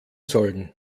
sollen